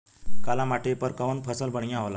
काली माटी पर कउन फसल बढ़िया होला?